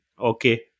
okay